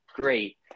great